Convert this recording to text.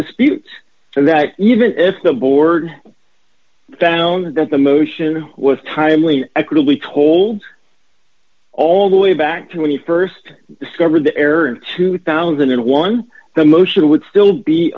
disputes d so that even if the board found that the motion was timely equitably told all the way back to when you st discovered the air in two thousand and one the motion would still be